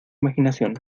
imaginación